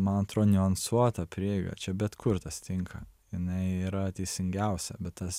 man atrodo niuansuota prieiga čia bet kur tas tinka jinai yra teisingiausia bet tas